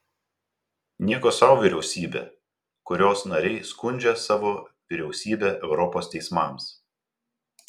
nieko sau vyriausybė kurios nariai skundžia savo vyriausybę europos teismams